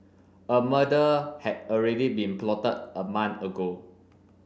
a murder had already been plotted a month ago